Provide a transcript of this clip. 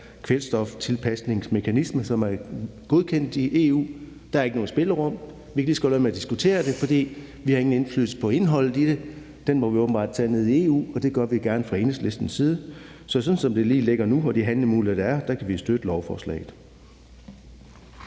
kvælstoftilpasningsmekanisme, som er godkendt i EU. Der er ikke noget spillerum, og vi kan lige så godt lade være med at diskutere det, for vi har ingen indflydelse på indholdet i det. Den må vi åbenbart tage nede i EU, og det gør vi gerne fra Enhedslistens side. Så sådan som det lige ligger nu og med de handlemuligheder, der er, kan vi støtte lovforslaget.